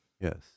Yes